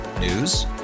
News